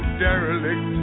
derelict